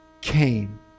came